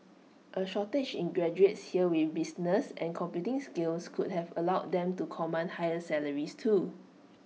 A shortage in graduates here with business and computing skills could have allowed them to command higher salaries too